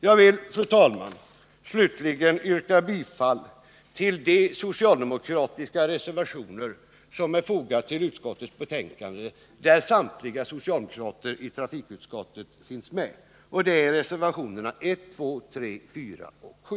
Jag vill, fru talman, slutligen yrka bifall till de reservationer vid utskottets betänkande som är undertecknade av samtliga socialdemokratiska ledamöter i trafikutskottet, dvs. till reservationerna 1, 2, 3, 4 och 7.